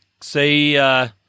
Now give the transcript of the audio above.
say